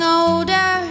older